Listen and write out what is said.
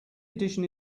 edition